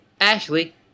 Ashley